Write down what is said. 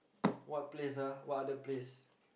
what place ah what other place